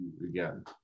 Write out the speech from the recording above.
Again